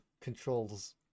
controls